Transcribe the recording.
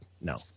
No